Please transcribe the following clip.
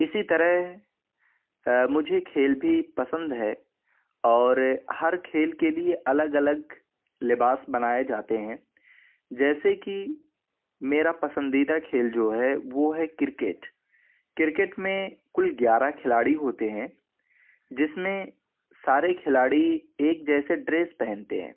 اسی طرح مجھے کھیل بھی پسند ہے اور ہر کھیل کے لیے الگ الگ لباس بنائے جاتے ہیں جیسے کہ میرا پسندیدہ کھیل جو ہے وہ ہے کرکٹ کرکٹ میں کل گیارہ کھلاڑی ہوتے ہیں جس میں سارے کھلاڑی ایک جیسے ڈریس پہنتے ہیں